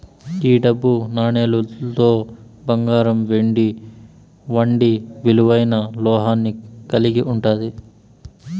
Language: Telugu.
ఈ డబ్బు నాణేలులో బంగారం వెండి వంటి విలువైన లోహాన్ని కలిగి ఉంటాది